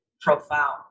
profound